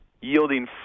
yielding